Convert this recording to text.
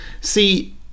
See